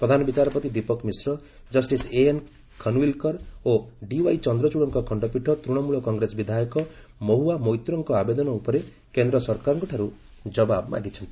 ପ୍ରଧାନ ବିଚାରପତି ଦୀପକ ମିଶ୍ର ଜଷ୍ଟିସ ଏଏନ୍ଖନୱିଲକର ଓ ଡିୱାଇ ଚନ୍ଦ୍ରଚୂଡଙ୍କ ଖଶ୍ଚପୀଠ ତୃଶମୂଳ କଂଗ୍ରେସ ବିଧାୟକ ମହୁଆ ମୋଇତ୍ରଙ୍କ ଆବେଦ ଉପରେ କେନ୍ଦ୍ର ସରକାରଙ୍କଠାରୁ ଜବାବ ମାଗିଛନ୍ତି